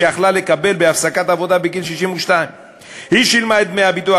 שיכלה לקבל בהפסקת עבודה בגיל 62. היא שילמה את דמי הביטוח